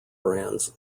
brands